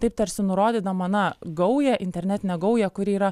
taip tarsi nurodydama na gaują internetinę gaują kuri yra